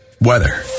weather